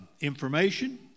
information